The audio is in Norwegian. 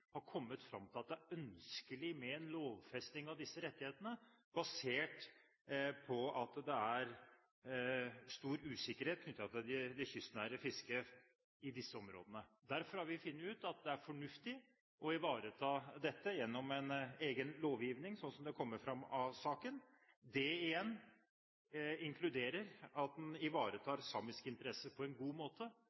har kommet fram til at det er ønskelig med en lovfesting av disse rettighetene, basert på at det er stor usikkerhet knyttet til det kystnære fisket i disse områdene. Derfor har vi funnet ut at det er fornuftig å ivareta dette gjennom en egen lovgivning, slik det framkommer av saken. Det igjen inkluderer at en ivaretar samiske interesser på en god måte.